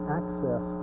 access